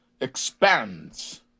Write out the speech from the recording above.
expands